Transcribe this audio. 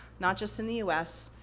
not just in the u s,